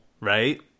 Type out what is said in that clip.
right